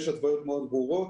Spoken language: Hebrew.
יש התוויות מאוד ברורות.